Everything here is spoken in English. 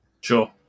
Sure